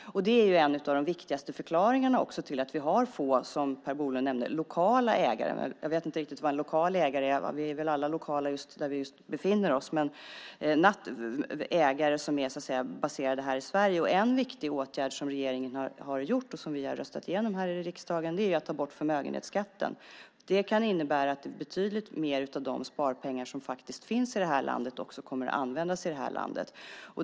Det är en av de viktigaste förklaringarna till att vi har få lokala ägare, som Per Bolund nämnde. Jag vet inte riktigt vad en lokal ägare är. Vi är väl alla lokala just där vi befinner oss. Men det handlar om ägare som är baserade här i Sverige. En viktig åtgärd som regeringe har gjort och som vi har röstat igenom här i riksdagen är att ta bort förmögenhetsskatten. Det kan innebära att betydligt mer av de sparpengar som finns i det här landet också kommer att användas i landet.